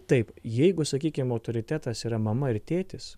taip jeigu sakykim autoritetas yra mama ir tėtis